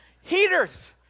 heaters